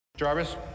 Jarvis